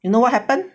you know what happen